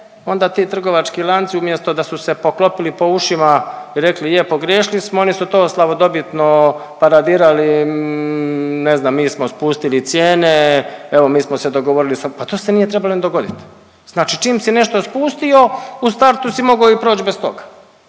onda ti trgovački lanci umjesto da su se poklopili po ušima i rekli je, pogriješili smo oni su to slavodobitno paradirali ne znam mi smo spustili cijene, evo mi smo se dogovorili sa. Pa to se nije trebalo ni dogoditi. Znači čim si nešto spustio u startu si mogao i proći bez toga